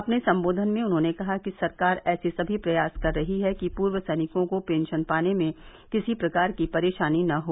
अपने संबोधन में उन्होंने कहा कि सरकार ऐसे सभी प्रयास कर रही है कि पूर्व सैनिकों को पेंशन पाने में किसी प्रकार की परेशानी न हो